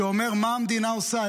שאומר מה המדינה עושה,